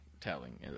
telling